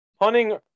Hunting